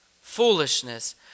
foolishness